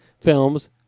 films